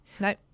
No